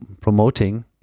promoting